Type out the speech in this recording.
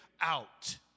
out